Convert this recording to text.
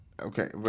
Okay